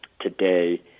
today